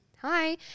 hi